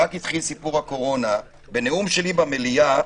בנאום שלי במליאה,